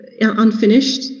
unfinished